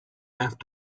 have